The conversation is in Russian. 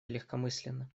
легкомысленно